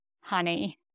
Honey